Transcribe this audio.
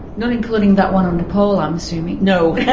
not including that one on nepal, i'm assuming? no.